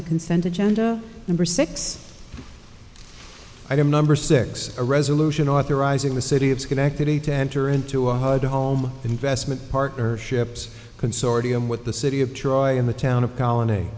the consent agenda number six i am number six a resolution authorizing the city of schenectady to enter into a good home investment partnerships consortium with the city of troy and the town of colony